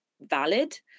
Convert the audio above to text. valid